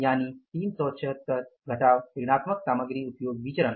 यानि 376 घटाव ऋणात्मक सामग्री उपयोग विचरण